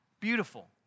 beautiful